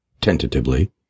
tentatively